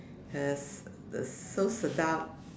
it's so sedap